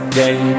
day